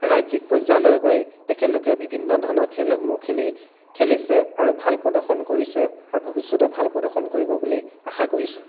ৰাজ্যিক পৰ্যায়লৈ গৈ তেখেতলোকে বিভিন্ন ধৰণৰ খেলসমূহ খেলি খেলিছে আৰু ভাল প্ৰদৰ্শন কৰিছে আৰু ভৱিষ্যতেও ভাল প্ৰদৰ্শন কৰিব বুলি আশা কৰিছোঁ